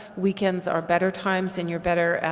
weekends are better times and you're better,